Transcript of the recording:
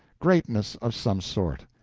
greatness of some sort.